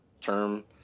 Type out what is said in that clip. term